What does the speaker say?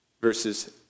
verses